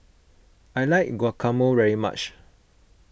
I like Guacamole very much